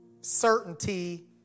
Certainty